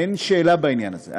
אין שאלה בעניין הזה.